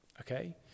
okay